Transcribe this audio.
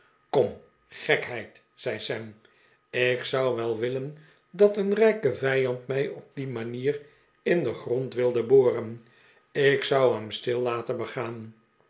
kom gekheid zei sam ik zou wel willen dat een rijke vijand mij op die manier in den grond wilde boren ik zou hem stil laten begaan